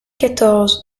quatorze